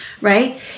right